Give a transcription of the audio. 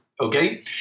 okay